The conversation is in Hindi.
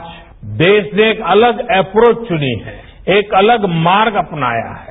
आज देश ने एक अलग अप्रोच चुनी है एक अलग मार्ग अपनायाहै